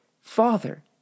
Father